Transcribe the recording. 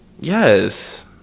yes